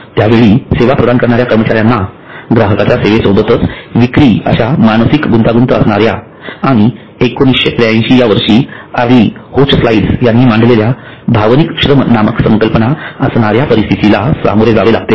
त्यावेळी सेवा प्रदान करणाऱ्या कर्मचाऱ्यांना ग्राहकांच्या सेवेसोबत विक्री अश्या मानसिक गुंतागुंत असणाऱ्या आणि १९८३ या वर्षी आर्ली होचस्लाईल्ड यांनी मांडलेल्या भावनिक श्रम नामक संकल्पना असणाऱ्या परिस्थितीला सामोरे जावे लागते